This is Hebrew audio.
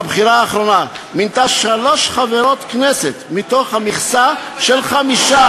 בבחירה האחרונה מינתה שלוש חברות כנסת מתוך מכסה של חמש.